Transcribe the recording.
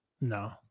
no